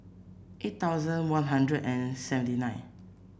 eight thousand One Hundred and seventy nine